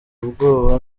ubwoba